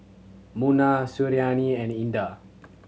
Munah Suriani and Indah